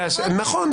שני נציגי קואליציה